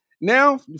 Now